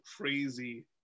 crazy